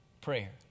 prayer